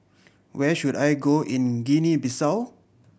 where should I go in Guinea Bissau